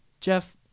Jeff